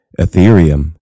Ethereum